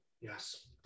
yes